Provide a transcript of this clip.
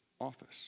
office